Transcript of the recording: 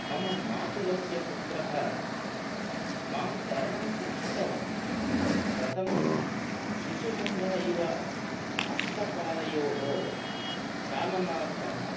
मम मातुलस्य पुत्रः मां तरणं शिक्षितवान् प्रथमं शिशुकन्ध इव हस्तपादयोः चालनार्थं